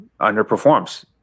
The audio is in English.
underperforms